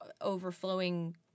overflowing